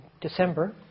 December